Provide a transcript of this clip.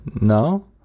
no